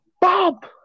Bob